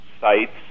sites